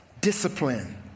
discipline